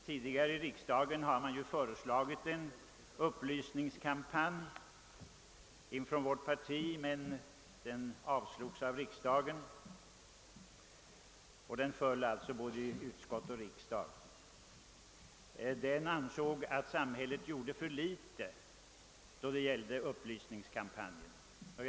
Tidigare har i riksdagen från vårt parti föreslagits en upplysningskampanj, men förslaget föll både i utskott och kamrar. Vi framförde därvid den uppfattningen att samhället gjorde för litet när det gällde upplysningskampanjer.